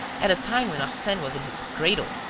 at a time when arsene was in his cradle?